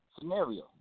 scenario